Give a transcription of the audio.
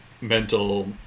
mental